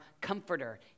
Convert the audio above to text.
comforter